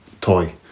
toy